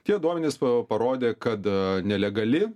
tie duomenys parodė kad nelegali